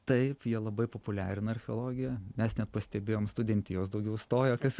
taip jie labai populiarina archeologiją mes net pastebėjom studentijos daugiau stojo kas